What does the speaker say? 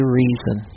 reason